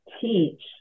teach